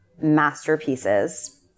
masterpieces